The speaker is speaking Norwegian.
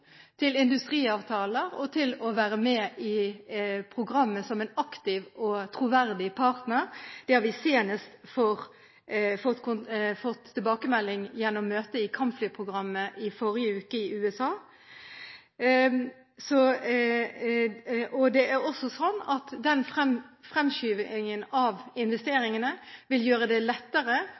til industriavtaler og til å være med i programmet som en aktiv og troverdig partner. Det har vi senest fått tilbakemelding om gjennom møtet i kampflyprogrammet i forrige uke i USA. Det er også sånn at den fremskyndingen av investeringene vil gjøre det lettere